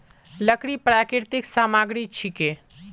लकड़ी प्राकृतिक सामग्री छिके